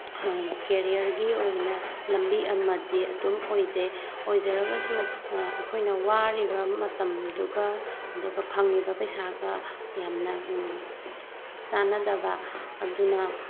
ꯀꯦꯔꯤꯌꯥꯔꯒꯤ ꯑꯣꯏꯅ ꯂꯝꯕꯤ ꯑꯃꯗꯤ ꯑꯗꯨꯝ ꯑꯣꯏꯖꯩ ꯑꯣꯏꯖꯔꯒꯁꯨ ꯑꯩꯈꯣꯏꯅ ꯋꯥꯔꯤꯕ ꯃꯇꯝꯗꯨꯒ ꯑꯗꯨꯒ ꯐꯪꯉꯤꯕ ꯄꯩꯁꯥꯒ ꯌꯥꯝꯅ ꯆꯥꯅꯗꯕ ꯑꯗꯨꯅ